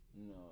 No